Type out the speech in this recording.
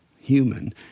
human